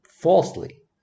falsely